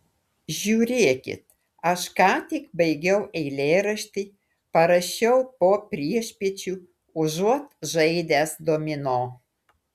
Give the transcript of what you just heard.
žiūrėkit aš ką tik baigiau eilėraštį parašiau po priešpiečių užuot žaidęs domino